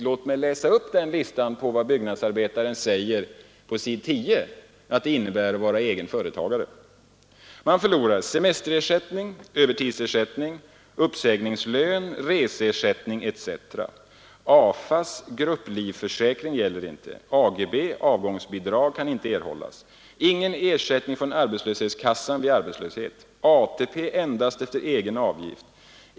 Låt mig läsa upp listan över dessa i Byggnadsarbetaren! Man förlorar ”semesterersättning, övertidsersättning, uppsägningslön, reseersättning etc. AFA:s grupplivförsäkring gäller inte. AGB — avgångsbidrag — kan inte erhållas. Ingen ersättning från a-kassan vid arbetslöshet. ATP endast efter egen avgift.